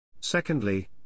Secondly